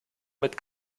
mit